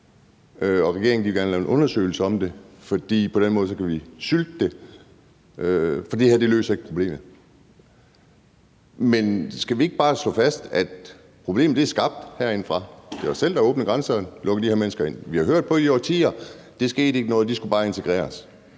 regeringen vil gerne lave en undersøgelse af det, for man på den måde kan sylte det, fordi det her ikke løser problemet. Men skal vi ikke bare slå fast, at problemet er skabt herindefra? Det er os selv, der har åbnet grænserne og lukket de her mennesker ind. Vi har i årtier hørt, at det skete der ikke noget ved, og at de bare skulle integreres.